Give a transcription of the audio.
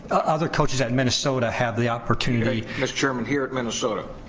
other coaches at minnesota have the opportunity mr. chairman, here at minnesota.